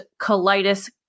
colitis